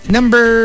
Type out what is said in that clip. Number